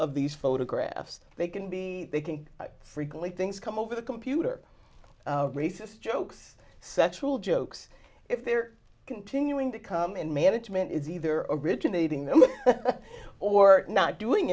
of these photographs they can be taken frequently things come over the computer racist jokes sexual jokes if they're continuing to come in management is either originating them or not doing